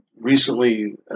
recently